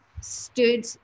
stood